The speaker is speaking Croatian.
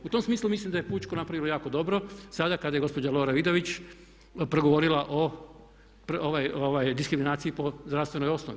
U tom smislu mislim da je pučko napravilo jako dobro sada kada je gospođa Lora Vidović progovorila o diskriminaciji po zdravstvenoj osnovi.